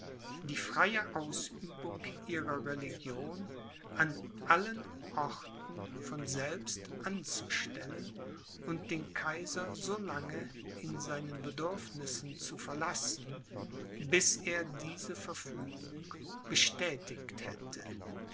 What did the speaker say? die freie ausübung ihrer religion an allen orten von selbst anzustellen und den kaiser so lange in seinen bedürfnissen zu verlassen bis er diese verfügung bestätigt hätte